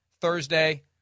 Thursday